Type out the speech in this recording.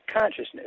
consciousness